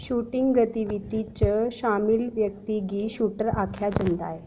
shooting गतिविधि च शामल व्यक्ति गी शूटर आखेआ जंदा ऐ